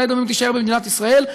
מעלה-אדומים תישאר במדינת ישראל?